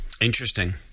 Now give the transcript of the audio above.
Interesting